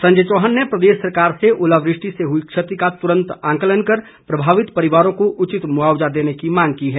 संजय चौहान ने प्रदेश सरकार से ओलावृष्टि से हुई क्षति का तुरंत आंकलन कर प्रभावित परिवारों को उचित मुआवजा देने की मांग की है